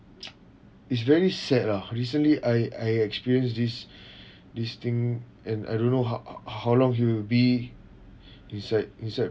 it's very sad lah recently I I experience this this thing and I don't know h~ how long he will be inside inside